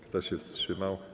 Kto się wstrzymał?